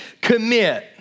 commit